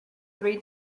three